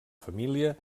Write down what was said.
família